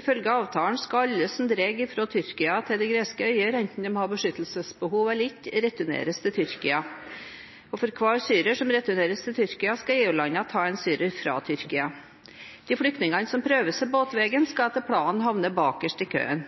Ifølge avtalen skal alle som drar fra Tyrkia til de greske øyer, enten de har beskyttelsesbehov eller ikke, returneres til Tyrkia. Og for hver syrer som returneres til Tyrkia, skal EU-landene ta en syrer fra Tyrkia. De flyktningene som prøver seg båtveien, skal etter planen havne bakerst i køen.